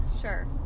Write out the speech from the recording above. Sure